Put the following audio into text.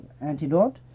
antidote